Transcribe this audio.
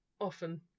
often